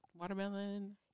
watermelon